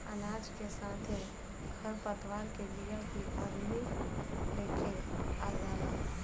अनाज के साथे खर पतवार के बिया भी अदमी लेके आ जाला